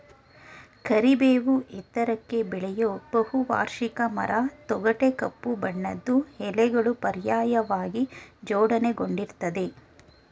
ಕರಿಬೇವು ಎತ್ತರಕ್ಕೆ ಬೆಳೆಯೋ ಬಹುವಾರ್ಷಿಕ ಮರ ತೊಗಟೆ ಕಪ್ಪು ಬಣ್ಣದ್ದು ಎಲೆಗಳು ಪರ್ಯಾಯವಾಗಿ ಜೋಡಣೆಗೊಂಡಿರ್ತದೆ